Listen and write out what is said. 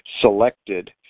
selected